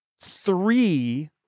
three